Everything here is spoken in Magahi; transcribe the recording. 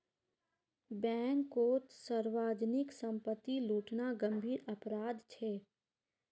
बैंककोत सार्वजनीक संपत्ति लूटना गंभीर अपराध छे